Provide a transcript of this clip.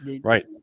Right